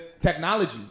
technology